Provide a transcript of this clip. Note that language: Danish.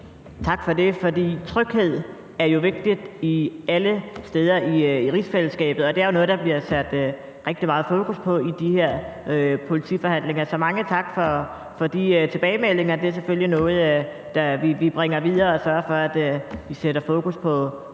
Tak for det. Tryghed er jo vigtigt alle steder i rigsfællesskabet, og det er jo noget, der bliver sat rigtig meget fokus på i de her politiforhandlinger. Så mange tak for de tilbagemeldinger. Det er selvfølgelig noget, vi bringer videre, så vi sørger for at sætte fokus på trygheden